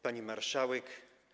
Pani Marszałek!